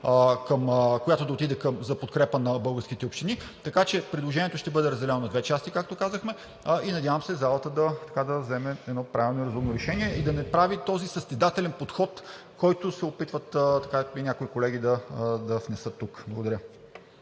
която да отиде за подкрепа на българските общини. Така че предложението ще бъде разделено на две части, както казахме и се надявам залата да вземе правилно и разумно решение и да не прави този състезателен подход, който някои колеги се опитват да внесат тук. Благодаря.